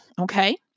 okay